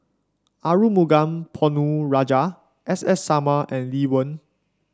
Arumugam Ponnu Rajah S S Sarma and Lee Wen